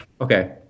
Okay